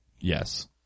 yes